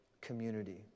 community